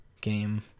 game